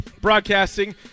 Broadcasting